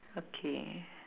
okay